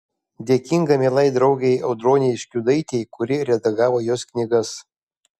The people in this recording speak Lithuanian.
dėkinga mielai draugei audronei škiudaitei kuri redagavo jos knygas